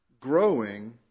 growing